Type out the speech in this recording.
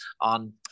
on